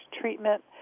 treatment